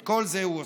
את כל זה הוא עושה.